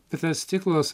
tai tas stiklas